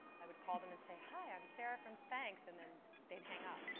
i would call them and say, hi, i'm sara from spanx and then they'd hang up.